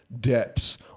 depths